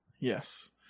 Yes